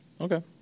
Okay